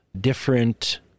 different